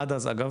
עד אז אגב,